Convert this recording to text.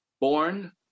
born